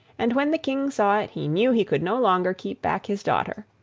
and when the king saw it he knew he could no longer keep back his daughter.